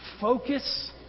focus